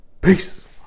Peace